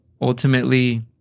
ultimately